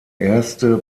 erste